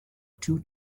too